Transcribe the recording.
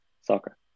Soccer